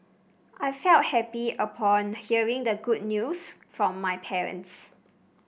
I felt happy upon hearing the good news from my parents